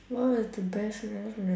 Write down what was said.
what was the best meal I